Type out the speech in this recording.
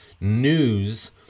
news